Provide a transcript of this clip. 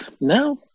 No